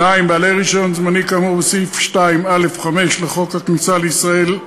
2. בעלי "רישיון זמני" כאמור בסעיף 2(א)(5) לחוק הכניסה לישראל,